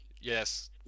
Yes